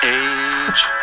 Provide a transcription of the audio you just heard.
age